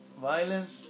violence